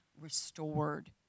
restored